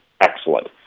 excellent